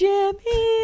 Jimmy